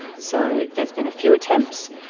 so there's been a few attempts.